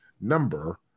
number